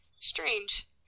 strange